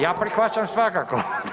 Ja prihvaćam svakako.